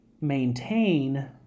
maintain